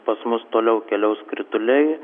pas mus toliau keliaus krituliai